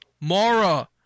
Mara